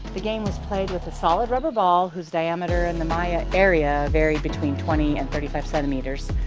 the game was played with a solid rubber ball whose diameter in the mayan area varied between twenty and thirty five centimeters.